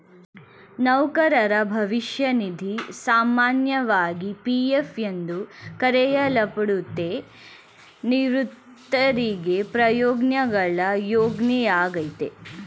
ನೌಕರರ ಭವಿಷ್ಯ ನಿಧಿ ಸಾಮಾನ್ಯವಾಗಿ ಪಿ.ಎಫ್ ಎಂದು ಕರೆಯಲ್ಪಡುತ್ತೆ, ನಿವೃತ್ತರಿಗೆ ಪ್ರಯೋಜ್ನಗಳ ಯೋಜ್ನೆಯಾಗೈತೆ